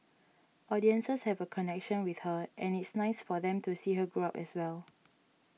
audiences have a connection with her and it's nice for them to see her grow up as well